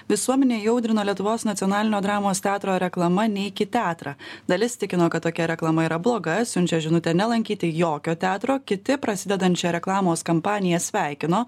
visuomenę įaudrino lietuvos nacionalinio dramos teatro reklama neik į teatrą dalis tikino kad tokia reklama yra bloga siunčia žinutę nelankyti jokio teatro kiti prasidedančią reklamos kampaniją sveikino